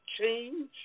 change